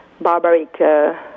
barbaric